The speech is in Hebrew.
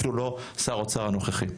אפילו לא שר האוצר הנוכחי.